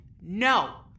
no